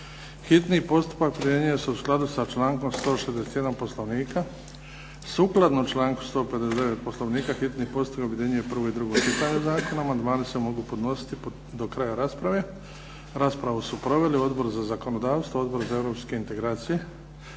Hitni postupak primjenjuje se u skladu sa člankom 161. Poslovnika. Sukladno članku 159. Poslovnika objedinjuje prvo i drugo čitanje zakona. Amandmani se mogu podnositi do kraja rasprave. Raspravu su proveli Odbor za zakonodavstvo, Odbor za europske integracije,